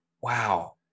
Wow